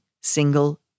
single